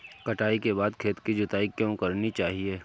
कटाई के बाद खेत की जुताई क्यो करनी चाहिए?